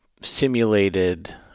simulated